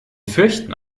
fürchten